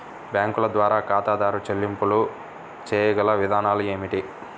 బ్యాంకుల ద్వారా ఖాతాదారు చెల్లింపులు చేయగల విధానాలు ఏమిటి?